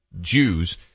Jews